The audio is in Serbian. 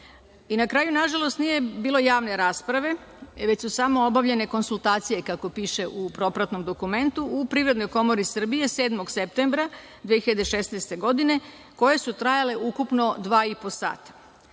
sve. Na kraju, nažalost, nije bilo javne rasprave, već su samo obavljene konsultacije kako piše u propratnom dokumentu u PKS 7. septembra 2016. godine koji su trajale ukupno dva i po sata,